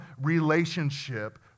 relationship